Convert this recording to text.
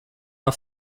her